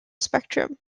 spectrum